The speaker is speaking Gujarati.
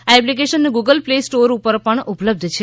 આ એપ્લિકેશન ગુગલ પ્લે સ્ટોર ઉપર પણ ઉપલબ્ઘ છે